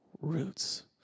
roots